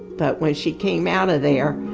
but when she came out of there,